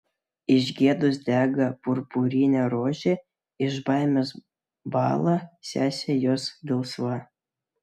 iš gėdos dega purpurinė rožė iš baimės bąla sesė jos gelsva